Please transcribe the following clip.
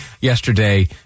yesterday